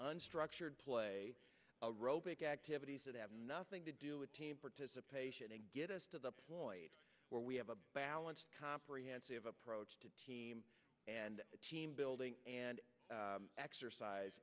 unstructured play a robotic activities that have nothing to do with team participation and get us to the where we have a balanced comprehensive approach to team and team building and exercise